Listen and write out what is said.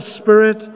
Spirit